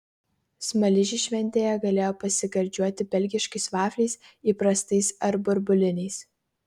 smaližiai šventėje galėjo pasigardžiuoti belgiškais vafliais įprastais ar burbuliniais